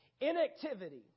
Inactivity